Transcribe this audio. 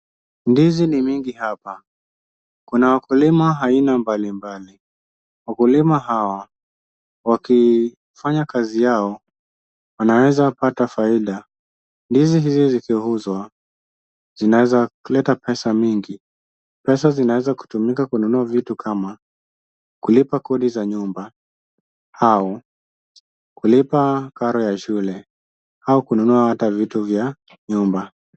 Ndizi ni mingi hapa, Kuna wakulima aina mbalimbali ,wakulima hawa wakifanya Kazi yao wanaweza pata faida. Ndizi hizi zikiuzwa zina leta pesa mingi. Pesa zinazotumika kununua vitu, kulipa Kodi za nyumba , kulipa karo za shule na kununua ata viti vya nyumba.